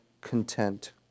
content